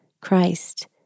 Christ